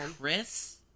Chris